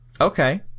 Okay